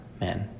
man